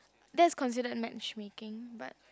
that's considered match making but